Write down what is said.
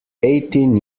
eighteen